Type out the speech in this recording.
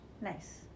Nice